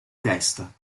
testa